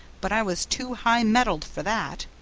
but i was too high-mettled for that,